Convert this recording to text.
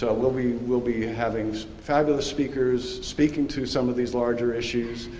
so, we'll be we'll be having fabulous speakers speaking to some of these larger issues.